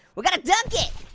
we're gonna dunk it.